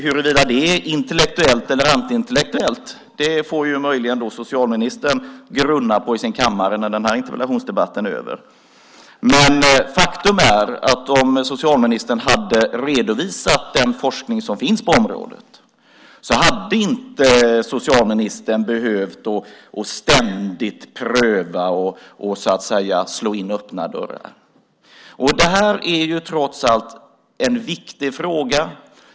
Huruvida det är intellektuellt eller antiintellektuellt får möjligen socialministern grunna på i sin kammare när den här interpellationsdebatten är över. Men faktum är att om socialministern hade redovisat den forskning som finns på området hade han inte behövt ständigt pröva och slå in öppna dörrar. Detta är trots allt en viktig fråga.